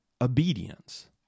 obedience